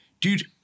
dude